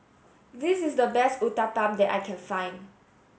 this is the best Uthapam that I can find